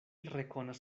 rekonas